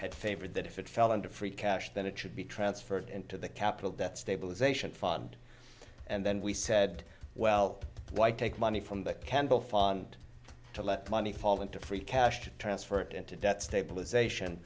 had favored that if it fell under free cash then it should be transferred into the capital that stabilization fund and then we said well why take money from the candle font to let money fall into free cash to transfer it into debt stabilization